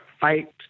fight